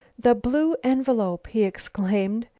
the blue envelope, he exclaimed.